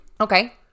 okay